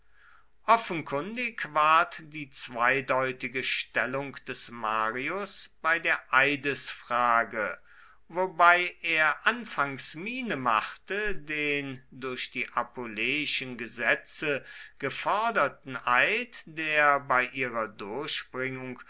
offenkundig ward die zweideutige stellung des marius bei der eidesfrage wobei er anfangs miene machte den durch die appuleischen gesetze geforderten eid der bei ihrer durchbringung